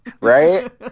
Right